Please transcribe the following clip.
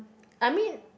I mean